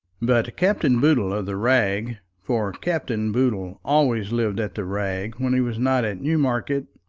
but captain boodle of the rag for captain boodle always lived at the rag when he was not at newmarket,